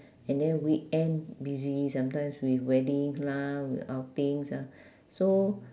and then weekend busy sometimes with weddings lah with outings ah so